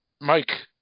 Mike